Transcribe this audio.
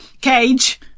Cage